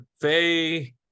Faye